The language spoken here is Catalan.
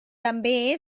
també